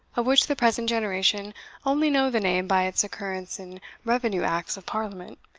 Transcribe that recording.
of which the present generation only know the name by its occurrence in revenue acts of parliament,